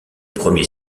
premier